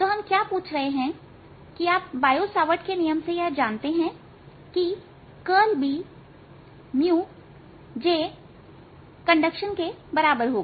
तो हम क्या पूछ रहे हैं कि आप बायो सावर्ट नियम से यह जानते है कि करल B Jconduction के बराबर होगा